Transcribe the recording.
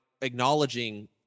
acknowledging